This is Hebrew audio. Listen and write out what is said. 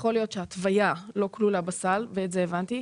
יכול להיות שההתוויה לא כלולה בסל ואת זה הבנתי,